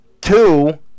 Two